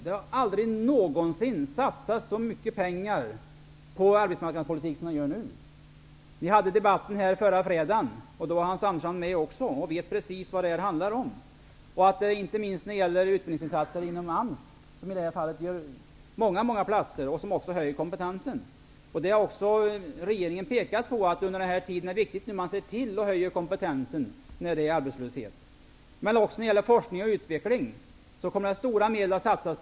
Det har aldrig någonsin satsats så mycket pengar på arbetsmarknadspolitik som vi gör nu. Vi hade en debatt här förra fredagen. Hans Andersson var med och vet vad det handlar om. Inte minst har vi de många utbildningsplatserna inom AMS som också höjer kompetensen. Regeringen har också pekat på att det under denna tid är viktigt att se till att höja kompetensen när det är arbetslöshet. Också på forskning och utveckling kommer stora medel att satsas.